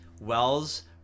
Wells